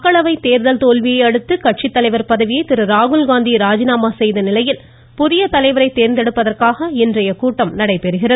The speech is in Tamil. மக்களவைத் தேர்தல் தோல்வியையடுத்து கட்சித்தலைவர் பதவியை திருராகுல்காந்தி ராஜினாமா செய்த நிலையில் புதிய தலைவரை தேர்ந்தெடுப்பதற்காக இன்றைய கூட்டம் நடைபெறுகிறது